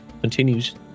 continues